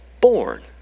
born